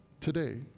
today